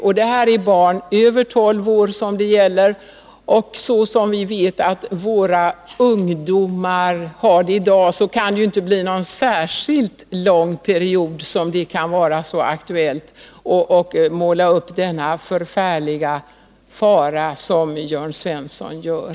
Men här gäller det barn över tolv år, och som våra ungdomar har det i dag kan det inte för någon särskilt lång period bli aktuellt att måla upp en sådan förfärlig fara som Jörn Svensson gör.